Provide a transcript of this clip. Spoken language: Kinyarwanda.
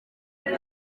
muri